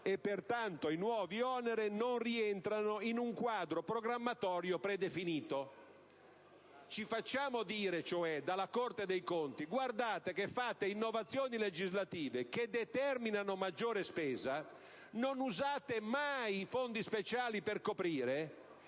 e pertanto i nuovi oneri non rientrano in un quadro programmatorio predefinito». Ci facciamo dire, cioè, dalla Corte dei conti: guardate che fate innovazioni legislative che determinano maggiore spesa, non usate mai i fondi speciali per coprire,